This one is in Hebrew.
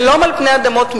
שלום על פני אדמות,